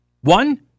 One